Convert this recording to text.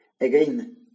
Again